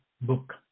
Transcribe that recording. book